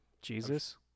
Jesus